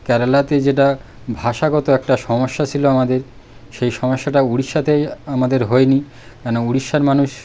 কেরালাতে যেটা ভাষাগত একটা সমস্যা ছিল আমাদের সেই সমস্যাটা উড়িষ্যাতে আমাদের হয়নি কেন উড়িষ্যার মানুষ